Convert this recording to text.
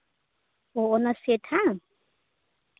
ᱚᱱᱟ ᱥᱮᱴ ᱵᱟᱝ